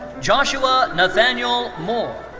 joshua nathaniel moore.